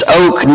oak